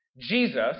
Jesus